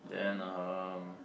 then um